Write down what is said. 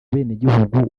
abenegihugu